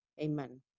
amen